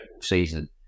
season